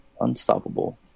Unstoppable